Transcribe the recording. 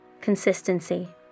Consistency